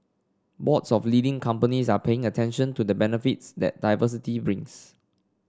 boards of leading companies are paying attention to the benefits that diversity brings